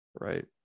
right